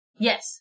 Yes